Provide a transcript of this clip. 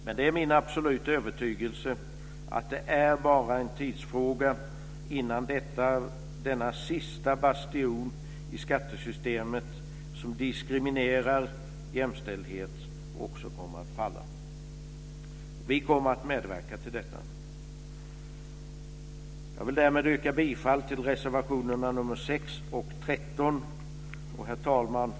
Men det är min absoluta övertygelse att det bara är en tidsfråga innan denna sista bastion i skattesystemet som diskriminerar och motverkar jämställdhet också kommer att falla. Vi kommer att medverka till detta. Jag vill därmed yrka bifall till reservationerna 6 och Herr talman!